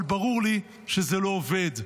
אבל ברור לי שזה לא עובד.